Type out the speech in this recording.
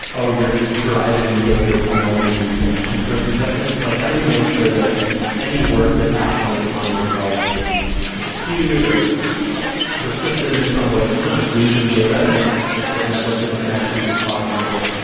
oh, you're driving and you go through a tunnel and you lose connection for a few seconds. like how do we make sure that any work that's happening on your device gets in queued or persisted in some ways? you're not losing data if if network disconnects or you have spotty network.